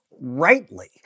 rightly